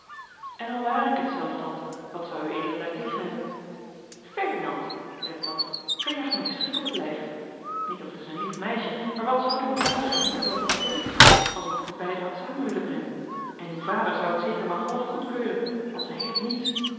en al ware ik het zelf tante wat zou ued daartegen hebben ferdinand zeide tante gij jaagt mij een schrik op het lijf niet of het is een lief meisje maar wat zouden uw vader en moeder wel van mij denken alsof ik u beiden had samen willen brengen en uw vader zou het zeker maar half goedkeuren want zij heeft niets